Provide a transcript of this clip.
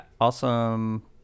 awesome